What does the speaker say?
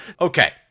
Okay